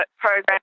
program